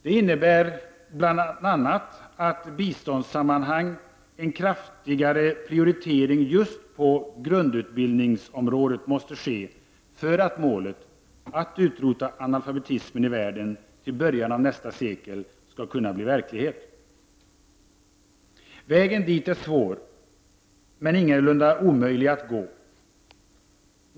Det innebär att i bl.a. biståndssammanhang en kraftigare prioritering just på grundutbildningsområdet måste ske för att målet — att utrota analfabetismen i världen till början av nästa sekel — skall kunna bli verklighet. Vägen dit är svår men ingalunda omöjlig att gå.